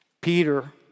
Peter